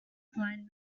blind